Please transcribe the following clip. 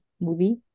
movie